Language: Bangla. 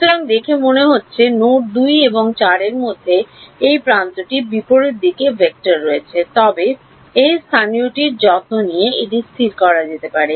সুতরাং দেখে মনে হচ্ছে নোড 2 এবং 4 এর মধ্যে এই প্রান্তটি বিপরীত দিকে ভেক্টর রয়েছে তবে এই স্থানীয়টির যত্ন নিয়ে এটি স্থির করা যেতে পারে